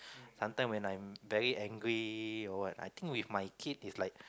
sometime when I'm very angry or what I think with my kid it's like